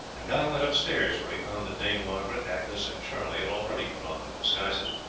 and guy went upstairs, where he found that dame margaret, agnes, and charlie had already put on their disguises.